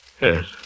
Yes